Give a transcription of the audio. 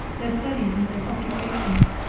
their studies and their occupations,